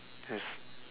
yes